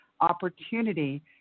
opportunity